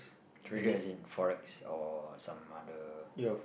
treasure as in forensic or some other